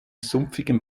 sumpfigen